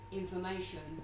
information